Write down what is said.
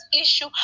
issue